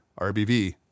RBV